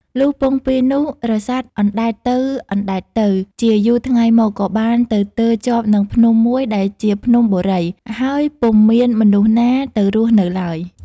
លុះពោងពាយនោះរសាត់អណ្តែតទៅៗ ជាយូរថ្ងៃមក ក៏បានទៅទើរជាប់នឹងភ្នំមួយដែលជាភ្នំបូរី ហើយពុំមានមនុស្សណាទៅរស់នៅឡើយ។